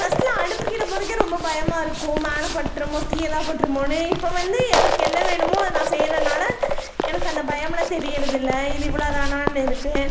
ஃபர்ஸ்டெலாம் அடுப்புக்கிட்டே போறக்கே ரொம்ப பயமாக இருக்கும் மேலே பட்டுருமோ தீ எதாது பட்டுருமோனு இப்போ வந்து எனக்கு என்ன வேணுமோ அது நான் செய்கிறனால எனக்கு அந்த பயம் எல்லாம் தெரிகிறது இல்லை இது இவ்வளோதானானு இருக்குது